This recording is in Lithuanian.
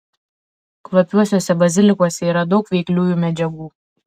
kvapiuosiuose bazilikuose yra daug veikliųjų medžiagų